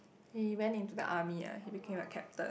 he went into the army ah he became a captain